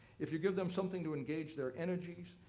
if you give them something to engage their energies,